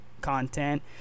content